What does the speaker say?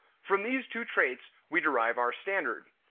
from these two traits we derive our standard.